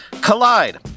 Collide